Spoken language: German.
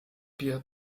bier